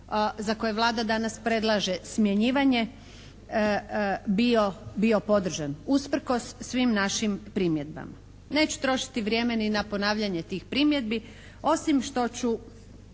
za koje Vlada danas predlaže smjenjivanje bio podržan usprkos svim našim primjedbama. Neću trošiti vrijeme ni na ponavljanje tih primjedbi osim što ću